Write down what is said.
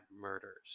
murders